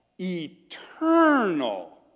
eternal